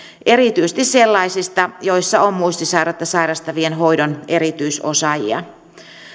erityisesti sellaisista joissa on muistisairautta sairastavien hoidon erityisosaajia